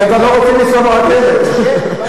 הם לא רוצים לנסוע ברכבת שוב.